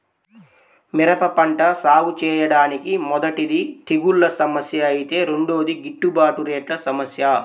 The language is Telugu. మిరప పంట సాగుచేయడానికి మొదటిది తెగుల్ల సమస్య ఐతే రెండోది గిట్టుబాటు రేట్ల సమస్య